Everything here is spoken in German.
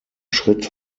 schritt